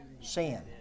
Sin